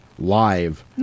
Live